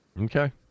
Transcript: Okay